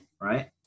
right